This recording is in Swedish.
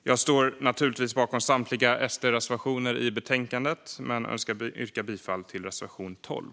Jag står naturligtvis bakom samtliga SD-reservationer i betänkandet men önskar yrka bifall endast till reservation 12.